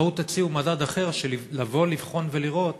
בואו תציעו מדד אחר: לבוא, לבחון ולראות